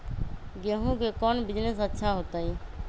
गेंहू के कौन बिजनेस अच्छा होतई?